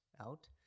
out